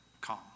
calm